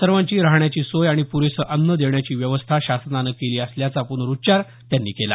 सर्वांची राहण्याची सोय आणि पुरेसं अन्न देण्याची व्यवस्था शासनानं केली असल्याचा प्नरुच्चार त्यांनी केला